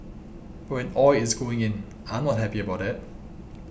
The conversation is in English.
but when oil is going in I'm not happy about that